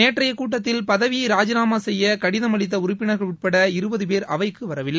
நேற்றைப கூட்டத்தில் பதவியை ராஜினாமா செய்ய கடிதம் அளித்த உறுப்பினர்கள் உட்பட இருபது பேர் அவைக்கு வரவில்லை